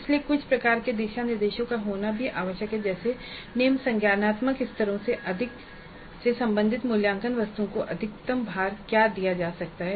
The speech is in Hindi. इसलिए कुछ प्रकार के दिशा निर्देशों का होना भी आवश्यक है जैसे कि निम्न संज्ञानात्मक स्तरों से संबंधित मूल्यांकन वस्तुओं को अधिकतम भार क्या दिया जा सकता है